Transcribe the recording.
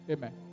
Amen